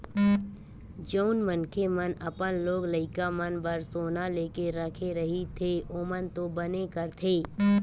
जउन मनखे मन अपन लोग लइका मन बर सोना लेके रखे रहिथे ओमन तो बने करथे